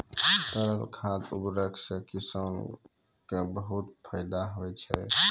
तरल खाद उर्वरक सें किसान क बहुत फैदा होय छै